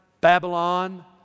babylon